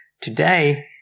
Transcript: Today